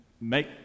make